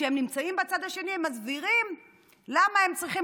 וכשהם נמצאים בצד השני הם מסבירים למה הם צריכים